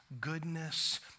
goodness